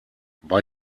bei